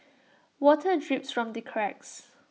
water drips from the cracks